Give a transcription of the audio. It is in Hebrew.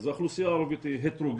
אז האוכלוסייה הערבית היא הטרוגנית,